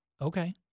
okay